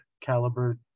caliber